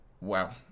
wow